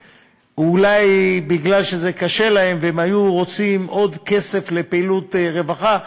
אולי בגלל שזה קשה להם והם היו רוצים עוד כסף לפעילות רווחה,